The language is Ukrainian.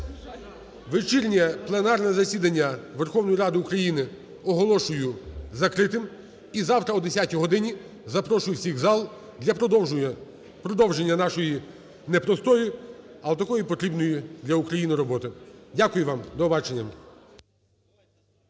Вечірнє пленарне засідання Верховної Ради України оголошую закритим. І завтра о 10 годині запрошую всіх в зал для продовження нашої не простої, але такої потрібної для України роботи. Дякую вам. До побачення.